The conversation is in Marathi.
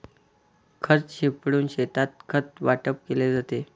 खत शिंपडून शेतात खत वाटप केले जाते